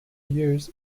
years